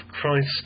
Christ